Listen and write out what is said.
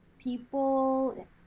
people